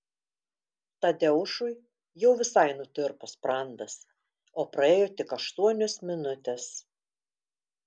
tadeušui jau visai nutirpo sprandas o praėjo tik aštuonios minutės